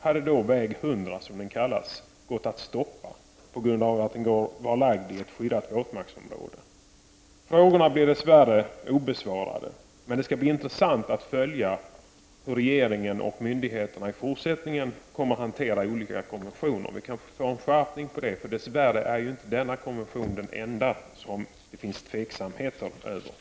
Hade byggandet av väg 100, som den kallas, gått att stoppa på grund av att den placerats i ett skyddat våtmarksområde? Frågorna blir dess värre obesvarade. Men det skall bli intressant att följa hur regering och myndigheter i fortsättningen kommer att hantera olika konventioner. Vi kanske får en skärpning. Dess värre är inte denna konvention den enda som det finns tveksamheter kring.